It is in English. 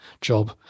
job